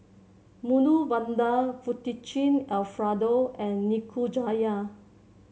Medu Vada Fettuccine Alfredo and Nikujaga